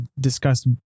discussed